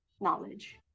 knowledge